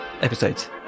Episodes